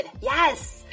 yes